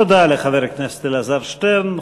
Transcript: תודה לחבר הכנסת אלעזר שטרן.